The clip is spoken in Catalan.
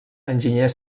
enginyer